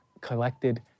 collected